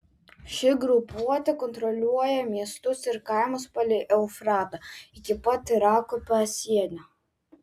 ši grupuotė kontroliuoja miestus ir kaimus palei eufratą iki pat irako pasienio